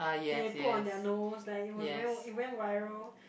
they put on their nose like it was went it went viral